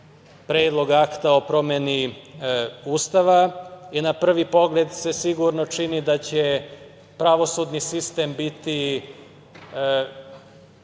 Predlog akta o promeni Ustava. Na prvi pogled se sigurno čini da će pravosudni sistem biti